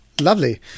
Lovely